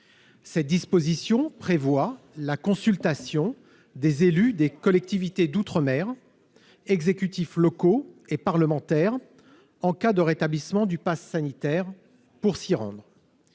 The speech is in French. cette disposition prévoit la consultation des élus des collectivités d'outre-mer exécutifs locaux et parlementaires en cas de rétablissement du Pass sanitaire pour s'y rendre,